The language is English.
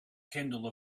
kindle